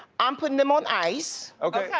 i'm putting them on ice. yeah